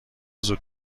زود